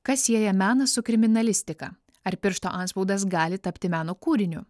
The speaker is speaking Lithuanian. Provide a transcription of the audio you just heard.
kas sieja meną su kriminalistika ar piršto antspaudas gali tapti meno kūriniu